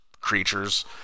creatures